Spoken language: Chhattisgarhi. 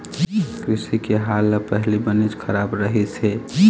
कृषि के हाल ह पहिली बनेच खराब रहिस हे